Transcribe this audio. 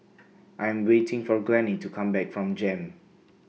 I Am waiting For Glennie to Come Back from Jem